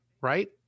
right